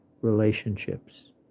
relationships